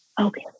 okay